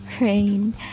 rain